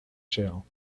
jail